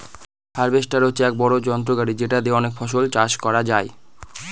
harvester হচ্ছে এক বড়ো যন্ত্র গাড়ি যেটা দিয়ে অনেক ফসল চাষ করা যায়